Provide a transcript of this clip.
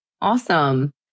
Awesome